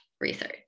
research